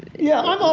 yeah, i'm ah